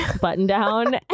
button-down